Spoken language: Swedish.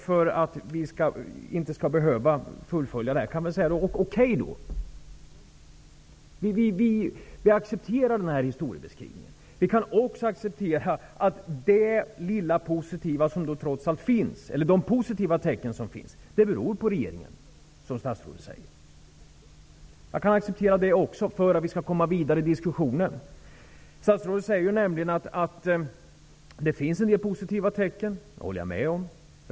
För att vi inte skall behöva fullfölja detta resonemang säger jag att vi accepterar denna historiebeskrivning. Vi kan också acceptera att de positiva tecken som trots allt finns beror på regeringens åtgärder, som statsrådet säger. Jag kan acceptera också det för att vi skall komma vidare i diskussionen. Statsrådet säger att det finns en del positiva tecken, och det håller jag med om.